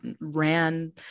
ran